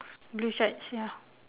blue shorts ya